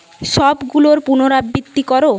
সবগুলোর পুনরাবৃত্তি করো